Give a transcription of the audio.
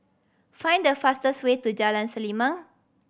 find the fastest way to Jalan Selimang